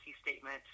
Statement